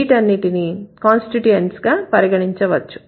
వీటన్నిటిని కాన్స్టిట్యూయెంట్స్ గా పరిగణించ వచ్చు